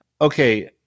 Okay